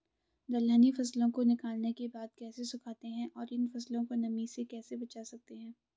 दलहनी फसलों को निकालने के बाद कैसे सुखाते हैं और इन फसलों को नमी से कैसे बचा सकते हैं?